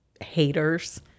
haters